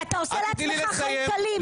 אתה עושה לעצמך חיים קלים.